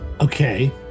Okay